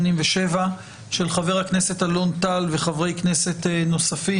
של ח"כ אלון טל וחברי כנסת נוספים